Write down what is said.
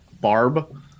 barb